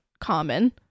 common